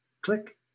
Click